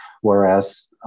whereas